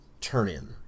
turn-in